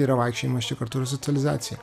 yra vaikščiojimas čia kartu ir socializacija